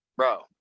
bro